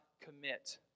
commit